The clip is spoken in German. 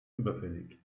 überfällig